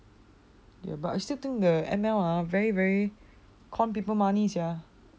ya but I still think the M_L ah very very con people money sia